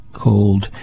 called